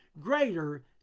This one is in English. greater